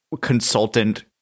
consultant